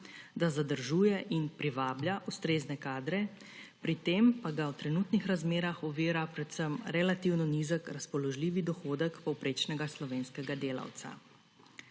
da zadržuje in privablja ustrezne kadre, pri tem pa ga v trenutnih razmerah ovira predvsem relativno nizek razpoložljivi dohodek povprečnega slovenskega delavca.